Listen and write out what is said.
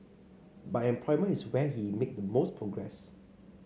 but employment is where he's made the most progress